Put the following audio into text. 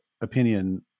opinion